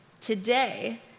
today